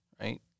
right